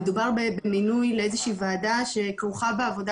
מדובר במינוי לאיזה שהיא ועדה שכרוכה בה עבודה